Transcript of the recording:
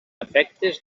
efectes